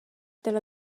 dalla